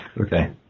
Okay